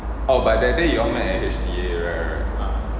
oh but that day you all met at H_D area right